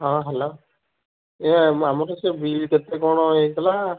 ହଁ ହେଲୋ ଇଏ ଆମଠୁ ସେ ବିଲ୍ କେତେ କ'ଣ ହୋଇଥିଲା